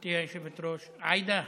גברתי היושבת-ראש, עאידה,